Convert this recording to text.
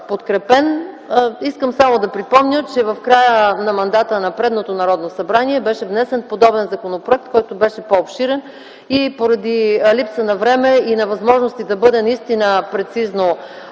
подкрепен. Искам само да припомня, че в края на мандата на предното Народно събрание беше внесен подобен законопроект, който беше по-обширен, но поради липса на време и на възможности да бъде прецизно